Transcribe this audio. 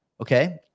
Okay